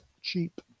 cheap